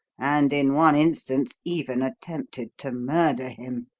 and, in one instance, even attempted to murder him.